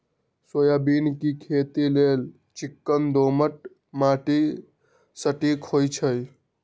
soybean के खेती लेल चिक्कन दोमट माटि सटिक होइ छइ